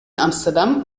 amsterdam